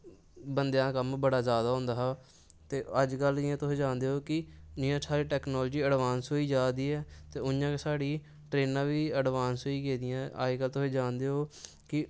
बंदे दा कम्म बड़ा जादा होंदा हा ते अज्ज कल जि'यां तुस जानदे ओ कि साढ़ी टैक्नालजी ऐड़वांस होई जा दी ऐउ'आं गै साढ़ी ट्रेनां बी अड़वांस होई गेदियां अज्ज कल ते तोह जानदे ओ कि